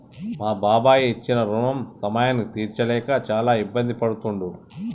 మా బాబాయి ఇచ్చిన రుణం సమయానికి తీర్చలేక చాలా ఇబ్బంది పడుతుండు